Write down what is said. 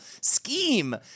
scheme